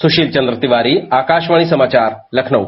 सुशील चन्द्र तिवारी आकाशवाणी समाचार लखनऊ